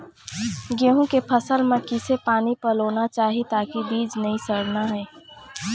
गेहूं के फसल म किसे पानी पलोना चाही ताकि बीज नई सड़ना ये?